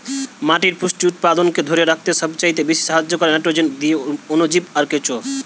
মাটির পুষ্টি উপাদানকে ধোরে রাখতে সবচাইতে বেশী সাহায্য কোরে নাইট্রোজেন দিয়ে অণুজীব আর কেঁচো